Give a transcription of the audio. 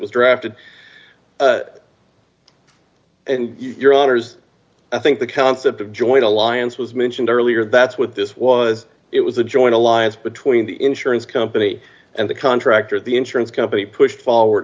was drafted and your honors i think the concept of joint alliance was mentioned earlier that's what this was it was a joint alliance between the insurance company and the contractor the insurance company pushed forward